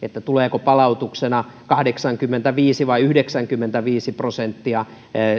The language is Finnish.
tuleeko palautuksena kahdeksankymmentäviisi vai yhdeksänkymmentäviisi prosenttia